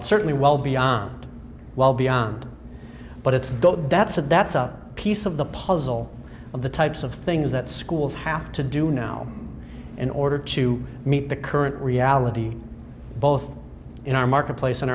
and certainly well beyond well beyond but it's the that's a that's a piece of the puzzle of the types of things that schools have to do now in order to meet the current reality both in our marketplace in